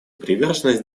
приверженность